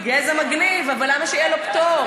גזע מגניב, אבל למה שיהיה לו פטור?